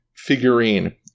Figurine